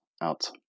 out